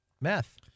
meth